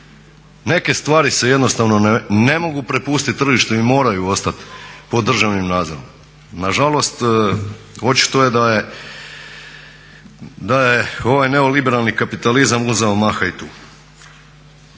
Neke stvari se jednostavno ne mogu prepustiti tržištu i moraju ostati pod državnim nadzorom. Na žalost, očito je da je ovaj neoliberalni kapitalizam uzeo maha i tu.